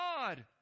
God